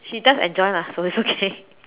he just enjoy lah so it's okay